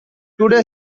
today